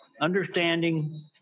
Understanding